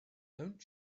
don’t